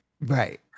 Right